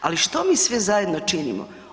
Ali što mi svi zajedno činimo?